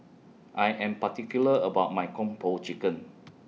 I Am particular about My Kung Po Chicken